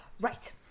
Right